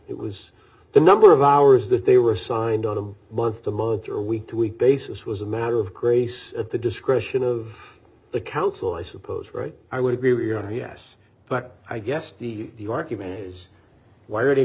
it was the number of hours that they were assigned on a month to month or week to week basis was a matter of grace at the discretion of the council i suppose right i would agree with your yes but i guess the argument is why are